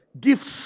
gifts